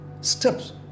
steps